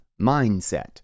mindset